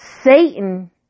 Satan